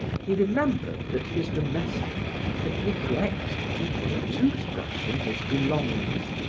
he remembered that his domestic had neglected to put a tooth brush in his belongings.